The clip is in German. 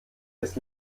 ist